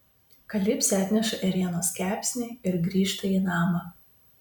kalipsė atneša ėrienos kepsnį ir grįžta į namą